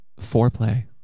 foreplay